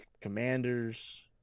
Commanders